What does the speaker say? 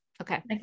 Okay